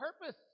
purpose